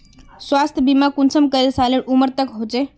स्वास्थ्य बीमा कुंसम करे सालेर उमर तक होचए?